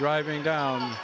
driving down